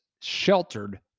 sheltered